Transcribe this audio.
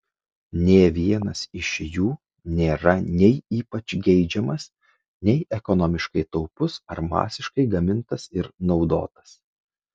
nė vienas iš jų nėra nei ypač geidžiamas nei ekonomiškai taupus ar masiškai gamintas ir naudotas